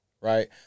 right